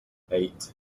eight